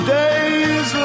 days